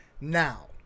Now